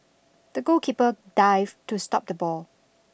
the goalkeeper dived to stop the ball